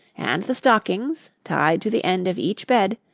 and the stockings, tied to the end of each bed,